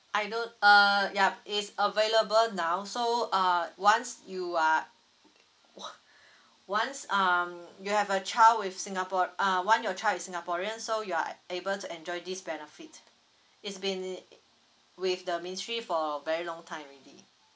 I don't uh yup it's available now so uh once you are once um you have a child with singapore uh one your child is singaporean so you are able to enjoy this benefit it's been with the ministry for very long time already